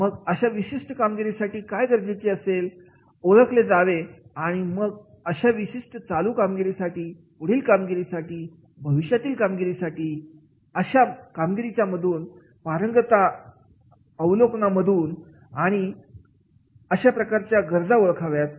मग अशा विशिष्ट कामगिरीसाठी काय गरजेचे असेल ओळखले जावे आणि मग अशा विशिष्ट चालू कामगिरीसाठी पुढील कामगिरीसाठी भविष्यातील कामांसाठी अशा कामगिरीच्या मधून किंवा पारंगतता अवलोकना मधून अशा प्रकारच्या गरजा ओळखाव्यात